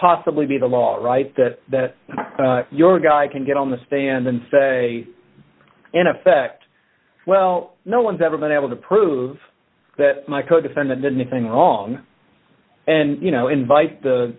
possibly be the law right that your guy can get on the stand and say in effect well no one's ever been able to prove that my codefendant did anything wrong and you know invite the